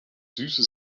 süße